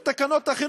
את תקנות החינוך.